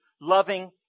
loving